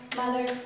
mother